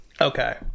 Okay